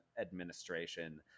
administration